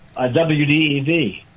WDEV